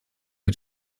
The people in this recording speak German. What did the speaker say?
mit